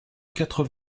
quatre